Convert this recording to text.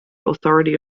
authority